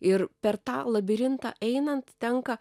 ir per tą labirintą einant tenka